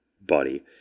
body